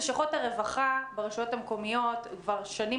לשכות הרווחה ברשויות המקומיות כבר שנים